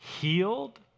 healed